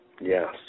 Yes